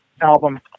album